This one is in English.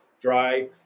dry